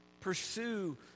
Pursue